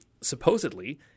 Supposedly